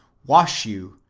wash you,